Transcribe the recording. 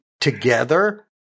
together